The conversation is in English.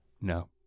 No